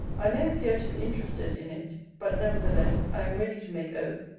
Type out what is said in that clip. i may appear to be interested in it but, neverthelesse, i am reddie to make oathe,